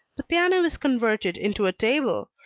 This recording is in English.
the piano is converted into a table,